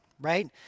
right